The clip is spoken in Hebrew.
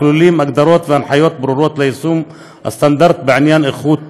הכוללים הגדרות והנחיות ברורות ליישום הסטנדרטים בעניין איכות,